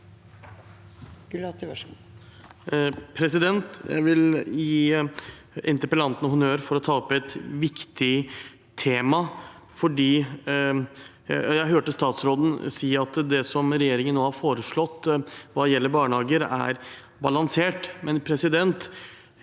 Jeg vil gi inter- pellanten honnør for å ta opp et viktig tema. Jeg hørte statsråden si at det som regjeringen nå har foreslått hva gjelder barnehager, er balansert.